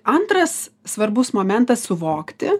antras svarbus momentas suvokti